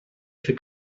fer